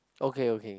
okay okay